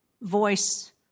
voice